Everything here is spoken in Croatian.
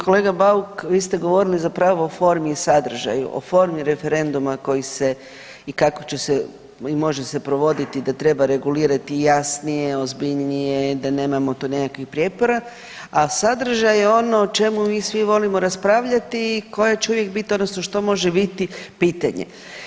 Kolega Bauk vi ste govorili zapravo o formi i sadržaju, o formi referendum koji će se i kako će se i može se provoditi da treba regulirati jasnije, ozbiljnije da nemamo tu nekakvih prijepora, a sadržaj je ono o čemu mi svi volimo raspravljati i koja će uvijek bit odnosno što može biti pitanje.